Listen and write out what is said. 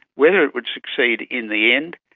whether it would succeed in the end,